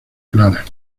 clara